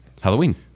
Halloween